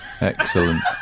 Excellent